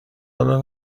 حالا